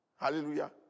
Hallelujah